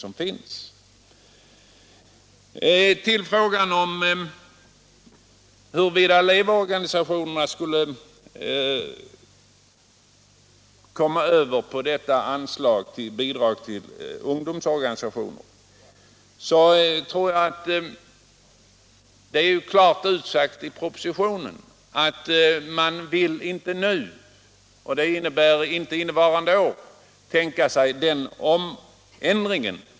När det gäller frågan huruvida elevorganisationerna skulle få del av anslaget för bidrag till ungdomsorganisationer är det klart utsagt i propositionen att regeringen inte nu — dvs. under innevarande år — vill tänka sig en sådan ändring.